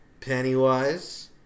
Pennywise